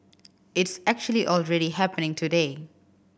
it's actually already happening today